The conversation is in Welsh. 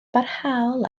barhaol